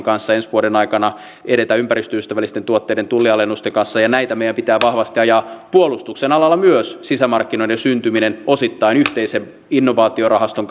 kanssa ensi vuoden aikana edetä ympäristöystävällisten tuotteiden tullialennusten kanssa ja näitä meidän pitää vahvasti ajaa puolustuksen alalla myös sisämarkkinoiden syntyminen osittain yhteisen innovaatiorahaston